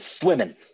swimming